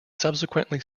subsequently